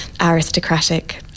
aristocratic